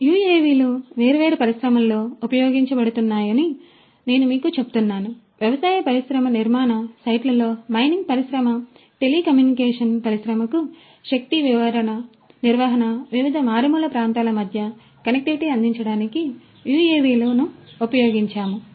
UAV లు వేర్వేరు పరిశ్రమలలో ఉపయోగించబడుతున్నాయని నేను మీకు చెప్తున్నాను వ్యవసాయ పరిశ్రమ నిర్మాణ సైట్లలో మైనింగ్ పరిశ్రమ టెలికమ్యూనికేషన్ పరిశ్రమకు శక్తి నిర్వహణ వివిధ మారుమూల ప్రాంతాల మధ్య కనెక్టివిటీని అందించడానికి UAV లను ఉపయోగించవచ్చు